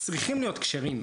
צריכים להיות כשרים,